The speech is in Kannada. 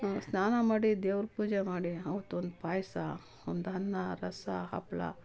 ಸ್ನಾನ ಮಾಡಿ ದೇವ್ರ ಪೂಜೆ ಮಾಡಿ ಅವತ್ತೊಂದು ಪಾಯಸ ಒಂದು ಅನ್ನ ರಸ ಹಪ್ಳ